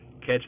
catch